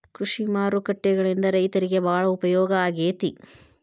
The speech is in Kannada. ಕೃಷಿ ಮಾರುಕಟ್ಟೆಗಳಿಂದ ರೈತರಿಗೆ ಬಾಳ ಉಪಯೋಗ ಆಗೆತಿ